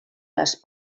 les